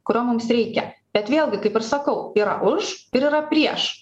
kurio mums reikia bet vėlgi kaip ir sakau yra už ir yra prieš